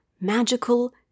magical